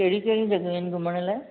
कहिड़ी कहिड़ी जॻहियूं आहिनि घुमण लाइ